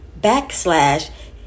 backslash